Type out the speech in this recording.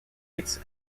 gates